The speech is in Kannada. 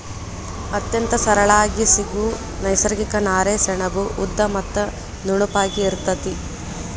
ಅತ್ಯಂತ ಸರಳಾಗಿ ಸಿಗು ನೈಸರ್ಗಿಕ ನಾರೇ ಸೆಣಬು ಉದ್ದ ಮತ್ತ ನುಣುಪಾಗಿ ಇರತತಿ